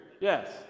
Yes